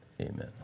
Amen